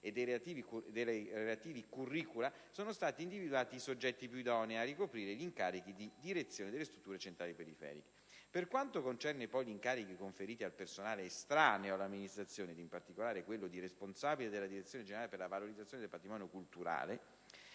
e dei relativi *curricula*, sono stati individuati i soggetti più idonei a ricoprire gli incarichi di direzione delle strutture centrali e periferiche. Per quanto concerne poi gli incarichi conferiti al personale estraneo all'Amministrazione, ed in particolare quello di responsabile della Direzione generale per la valorizzazione del patrimonio culturale,